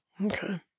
Okay